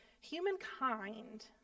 Humankind